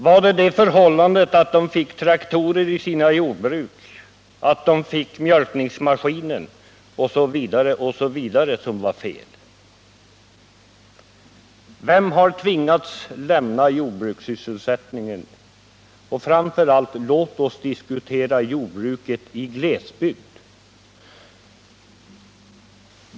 Var det detta att de fick traktorer i sina jordbruk, att de fick mjölkningsmaskiner osv. som var fel? Vem har tvingats lämna jordbrukssysselsättningen? Och framför allt: Låt oss diskutera jordbruket i glesbygd!